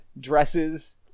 dresses